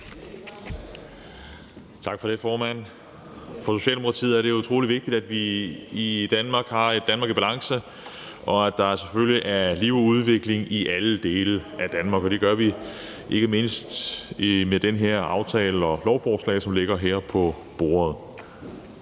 Tak for det, formand. For Socialdemokratiet er det jo utrolig vigtigt, at vi har et Danmark i balance, og at der selvfølgelig er liv og udvikling i alle dele af Danmark. Det gør vi ikke mindst muligt med den aftale og lovforslaget, som ligger her på bordet.